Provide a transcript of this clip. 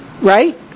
right